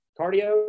cardio